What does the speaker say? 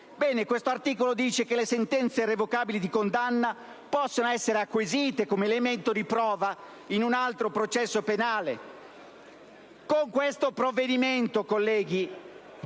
- stabilisce che le sentenze irrevocabili di condanna possono essere acquisite come elemento di prova in un altro processo penale. Con questo provvedimento si